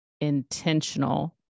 intentional